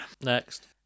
Next